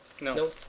No